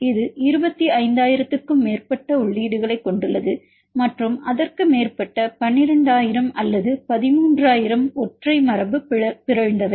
இது 25000 க்கும் மேற்பட்ட உள்ளீடுகளைக் கொண்டுள்ளது மற்றும் அதற்கு மேற்பட்ட 12000 அல்லது 13000 ஒற்றை மரபு பிறழ்ந்தவை